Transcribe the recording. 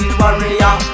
warrior